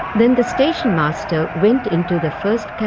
then the stationmaster went into the first